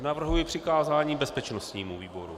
Navrhuji přikázání bezpečnostnímu výboru.